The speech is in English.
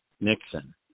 Nixon